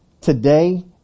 today